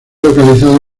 localizado